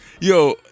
Yo